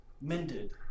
mended